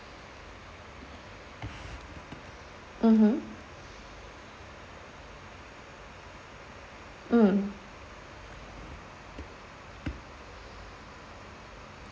mmhmm mm